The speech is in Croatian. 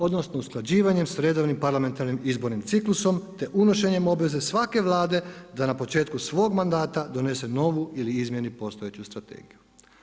Odnosno usklađivanjem s redovnim parlamentarnim izbornim ciklusom te unošenjem obveze svake Vlade da na početku svog mandata, donese novu ili izmijeni postojeću strategiju.